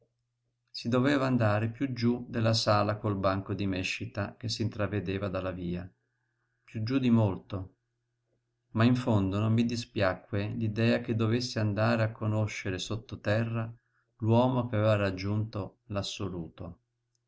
si doveva andare piú giú della sala col banco di méscita che s'intravedeva dalla via piú giú di molto ma in fondo non mi dispiacque l'idea che dovessi andare a conoscere sottoterra l'uomo che aveva raggiunto